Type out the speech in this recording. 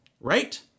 right